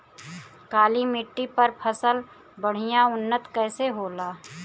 काली मिट्टी पर फसल बढ़िया उन्नत कैसे होला?